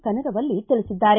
ಕನಗವಲ್ಲಿ ತಿಳಿಸಿದ್ದಾರೆ